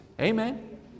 Amen